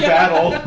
battle